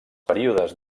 períodes